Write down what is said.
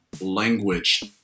language